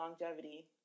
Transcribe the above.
longevity